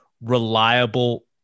reliable